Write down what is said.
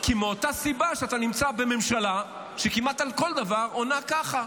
מאותה סיבה שאתה נמצא בממשלה שכמעט על כל דבר עונה "ככה".